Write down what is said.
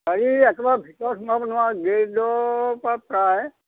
গাড়ী একেবাৰে ভিতৰত সোমাব নোৱাৰা গেৰেজৰ পৰা প্ৰায়